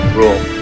rule